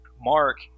Mark